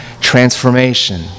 transformation